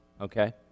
okay